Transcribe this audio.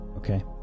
Okay